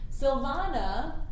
Silvana